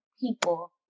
people